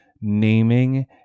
naming